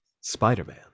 Spider-Man